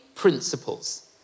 principles